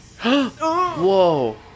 Whoa